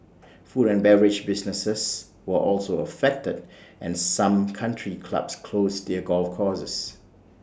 food and beverage businesses were also affected and some country clubs closed their golf courses